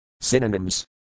Synonyms